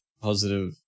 positive